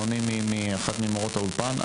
מכתב אנונימי מאחת ממורות האולפן.